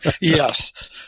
Yes